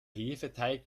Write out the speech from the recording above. hefeteig